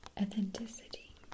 authenticity